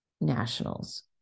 nationals